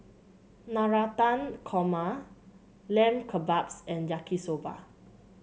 Navratan Korma Lamb Kebabs and Yaki Soba